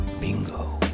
Bingo